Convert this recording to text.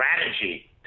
strategy